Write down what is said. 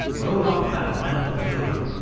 roll up that map of europe,